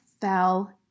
fell